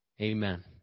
Amen